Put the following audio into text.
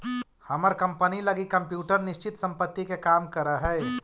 हमर कंपनी लगी कंप्यूटर निश्चित संपत्ति के काम करऽ हइ